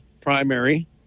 primary